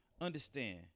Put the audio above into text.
Understand